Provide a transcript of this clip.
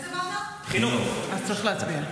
אז צריך להצביע.